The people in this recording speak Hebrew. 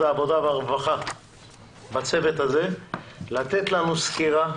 העבודה והרווחה בצוות הזה לתת לנו סקירה